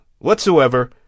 Whatsoever